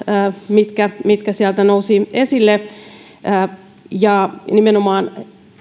mitkä mitkä sieltä nousivat esille nimenomaan